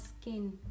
skin